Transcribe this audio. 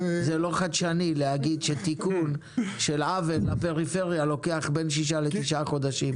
זה לא חדשני להגיד שתיקון של עוול לפריפריה לוקח בין שישה לתשעה חודשים.